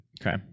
Okay